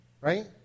Right